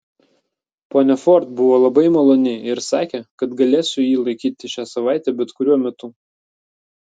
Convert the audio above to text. ponia ford buvo labai maloni ir sakė kad galėsiu jį laikyti šią savaitę bet kuriuo metu